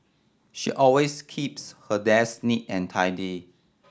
she always keeps her desk neat and tidy